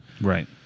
Right